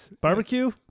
Barbecue